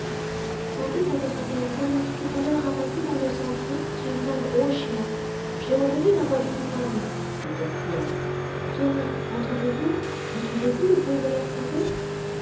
sans doute avec la paysanne qui tout à l'heure a passé dans le sentier suivie d'un gros chien j'ai reconnu la voix d'une femme dit tortillard tenez entendez-vous entendez-vous le bruit de leurs sabots